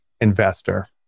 investor